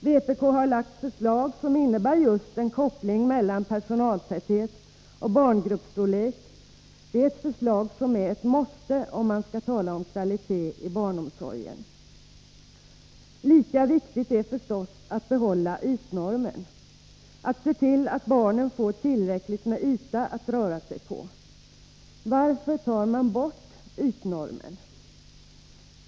Vpk har lagt fram förslag som innebär just en koppling mellan personaltäthet och barngruppsstorlek, något som är ”ett måste” om man skall tala om kvalitet i barnomsorgen. Lika viktigt är förstås att behålla ytnormen, att se till att barnen får tillräckligt med yta att röra sig på. Varför tar man bort ytnormen?